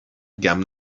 gamme